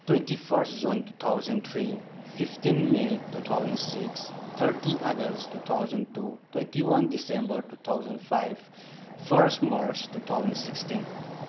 twenty first June two thousand three fifteen may two thousand six thirty August two thousand two twenty one December two thousand five first March two thousand sixteen